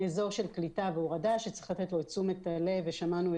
הוא אזור של קליטה והורדה שצריך לתת לו את תשומת הלב התכנונית.